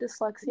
dyslexia